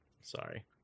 Sorry